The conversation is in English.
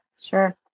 sure